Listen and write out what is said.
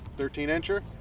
thirteen incher.